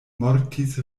mortis